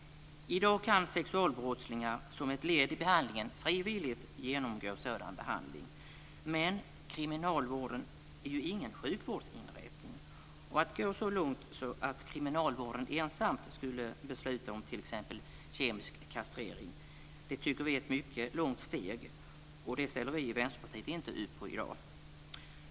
I dag kan sexualbrottslingar som ett led i behandlingen frivilligt genomgå sådan behandling. Men kriminalvården är ju ingen sjukvårdsinrättning. Att gå så långt att kriminalvården ensam skulle besluta om t.ex. kemisk kastrering tycker vi är att gå mycket långt. Det ställer vi i Vänsterpartiet inte upp på i dag.